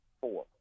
four